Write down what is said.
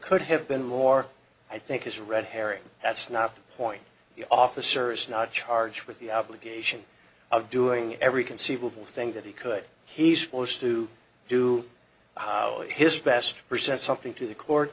could have been more i think is a red herring that's not point the officer is not charged with the application of doing every conceivable thing that he could he's supposed to do his best present something to the court